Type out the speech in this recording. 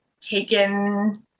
taken